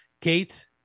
Kate